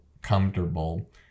comfortable